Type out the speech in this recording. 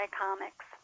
comics